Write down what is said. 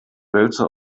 wälzer